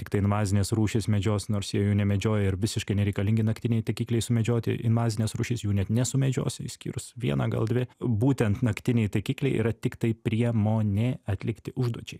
tiktai invazinės rūšys medžios nors jie jų nemedžioja ir visiškai nereikalingi naktiniai taikikliai sumedžioti invazines rūšys jų net nesumedžios išskyrus vieną gal dvi būtent naktiniai taikikliai yra tiktai priemonė atlikti užduočiai